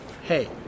hey